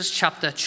Chapter